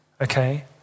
okay